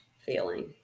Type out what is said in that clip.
feeling